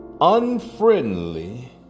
unfriendly